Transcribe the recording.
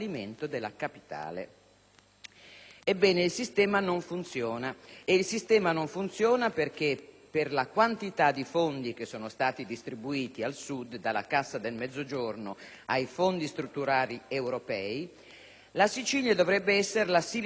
Ebbene, il sistema non funziona, perché, per la quantità di fondi che sono stati distribuiti al Sud, dalla Cassa per il Mezzogiorno ai fondi strutturali europei, la Sicilia dovrebbe essere la *Silicon valley* del Mediterraneo,